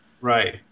Right